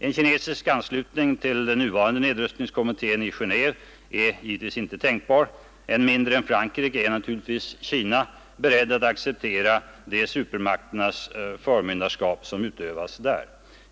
En kinesisk anslutning till den nuvarande nedrustningskommittén i Geneve är givetvis inte tänkbar; ännu mindre än Frankrike är naturligtvis Kina berett att acceptera det förmynderskap supermakterna utövar där.